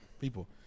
People